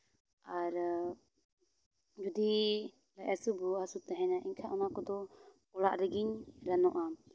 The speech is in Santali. ᱟᱨ ᱡᱩᱫᱤ ᱞᱟᱡ ᱦᱟᱹᱥᱩ ᱵᱚᱦᱚᱜ ᱦᱟᱹᱥᱩ ᱛᱟᱦᱮᱱᱟ ᱮᱱᱠᱷᱟᱡ ᱚᱱᱟ ᱠᱚᱫᱚ ᱚᱲᱟᱜ ᱨᱮᱜᱤᱧ ᱨᱟᱹᱱᱚᱜᱼᱟ